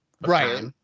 right